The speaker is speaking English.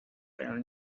there